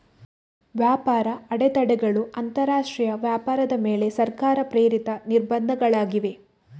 ವ್ಯಾಪಾರ ಅಡೆತಡೆಗಳು ಅಂತರಾಷ್ಟ್ರೀಯ ವ್ಯಾಪಾರದ ಮೇಲೆ ಸರ್ಕಾರ ಪ್ರೇರಿತ ನಿರ್ಬಂಧಗಳಾಗಿವೆ